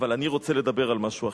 אבל אני רוצה לדבר על משהו אחר.